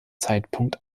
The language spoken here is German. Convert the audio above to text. zeitpunkt